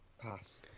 Pass